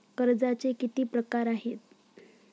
कर्जाचे किती प्रकार आहेत?